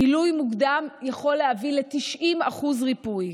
גילוי מוקדם יכול להביא ל-90% ריפוי.